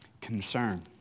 Concern